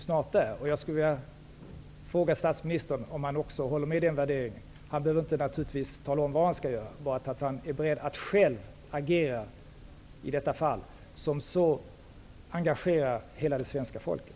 Jag skulle vilja fråga statsministern om han håller med om den värderingen -- han behöver naturligtvis inte tala om vad han skall göra, bara att han är beredd att själv agera i detta fall, som så engagerar hela det svenska folket.